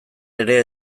ere